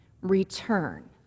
return